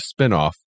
spinoff